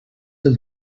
del